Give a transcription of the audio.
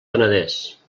penedès